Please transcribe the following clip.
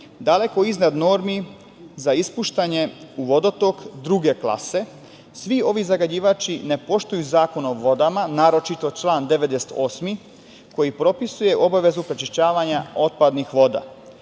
daleko iznad normi za ispuštanje u vodotok druge glase svi ovi zagađivači ne poštuju Zakon o vodama, naročito član 98. koji propisuje obavezu pročišćavanja otpadnih voda.